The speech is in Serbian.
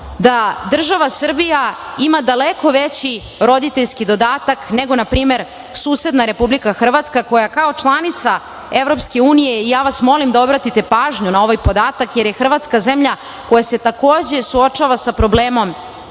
da država Srbija ima daleko veći roditeljski dodatak nego, na primer, susedna Republika Hrvatska koja kao članica EU, ja vas molim da obratite pažnju na ovaj podatak, jer je Hrvatska zemlja koja se takođe suočava sa problemom